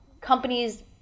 companies